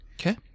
Okay